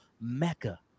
Mecca